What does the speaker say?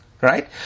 Right